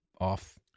off